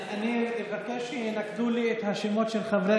אני אבקש שינקדו לי את השמות של חברי